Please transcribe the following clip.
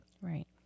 right